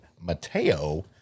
Mateo